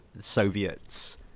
soviets